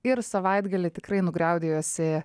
ir savaitgalį tikrai nugriaudėjusi